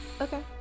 Okay